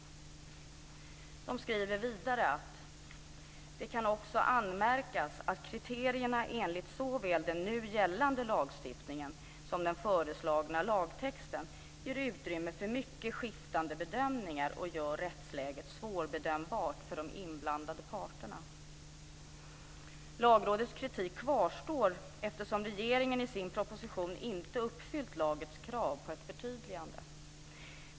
Vidare skriver man: Det kan också anmärkas att kriterierna enligt såväl den nu gällande lagstiftningen som den föreslagna lagtexten ger utrymme för mycket skiftande bedömningar och gör rättsläget svårbedömbart för de inblandade parterna. Lagrådets kritik kvarstår eftersom regeringen i sin proposition inte uppfyllt Lagrådets krav på ett förtydligande.